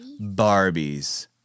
Barbies